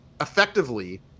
Effectively